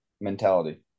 mentality